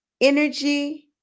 energy